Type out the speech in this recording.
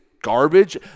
garbage